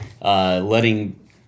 Letting